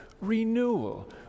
renewal